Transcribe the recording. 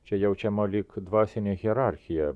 čia jaučiama lyg dvasinė hierarchija